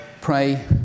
pray